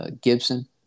Gibson